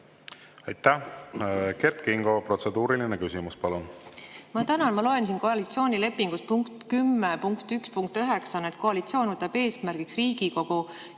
Aitäh! Kert Kingo, protseduuriline küsimus, palun! Ma tänan! Ma loen siin, et koalitsioonilepingu punktis 10.1.9 on kirjas, et koalitsioon võtab eesmärgiks Riigikogu